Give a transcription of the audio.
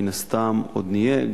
מן הסתם עוד נהיה,